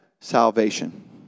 salvation